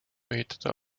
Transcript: ehitada